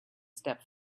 step